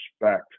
respect